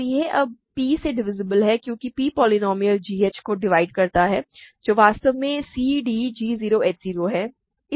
तो यह अब p से डिवीसीब्ल है क्योंकि p पोलीनोमिअल g h को डिवाइड करता है जो वास्तव में c d g 0 h 0 है